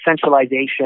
centralization